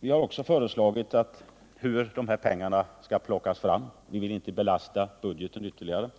Vi har också givit förslag till hur pengarna skall plockas fram för att inte belasta budgeten ytterligare.